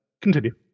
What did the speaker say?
continue